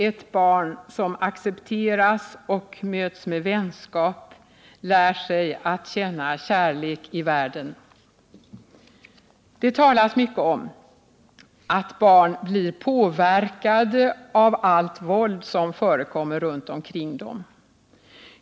Ett barn som accepteras och möts med vänskap lär sig att känna kärlek i världen. Det talas mycket om att barn blir påverkade av allt våld som förekommer runt omkring dem.